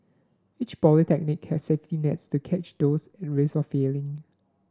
each polytechnic has safety nets to catch those at risk of failing